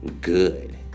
good